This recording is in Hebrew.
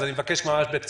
אז אני מבקש ממש בקצרה.